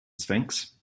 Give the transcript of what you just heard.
sphinx